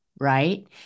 right